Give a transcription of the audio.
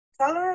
color